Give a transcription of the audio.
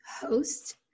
host